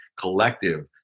collective